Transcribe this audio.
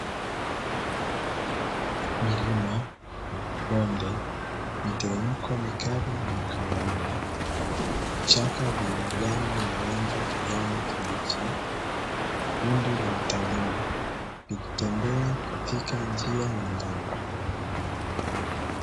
Milima, bonde, miteremko mikali na ya kawaida, vichaka vyenye majani ya rangi ya kijani kibichi; kundi la watalii likitembea katika njia nyembamba.